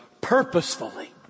purposefully